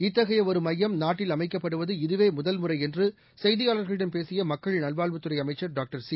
இத்தகையஒருமையம் நாட்டில் அமைக்கப்படுவது இதவேமுதல்முறைஎன்றுசெய்தியாளர்களிடம் பேசியமக்கள் நல்வாழ்வுத்துறைஅமைச்சர் டாக்டர் சி